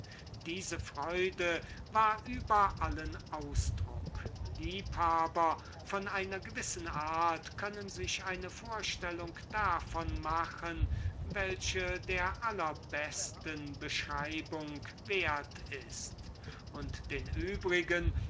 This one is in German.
diese freude war über allen ausdruck liebhaber von einer gewissen art können sich eine vorstellung davon machen welche der allerbesten beschreibung wert ist und den übrigen